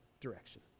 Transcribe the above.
direction